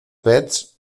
pets